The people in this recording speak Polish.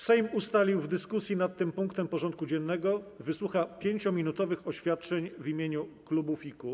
Sejm ustalił, że w dyskusji nad tym punktem porządku dziennego wysłucha 5-minutowych oświadczeń w imieniu klubów i kół.